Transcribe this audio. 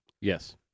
Yes